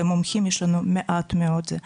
ומומחים יש לנו מעט מאוד.